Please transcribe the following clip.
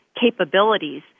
capabilities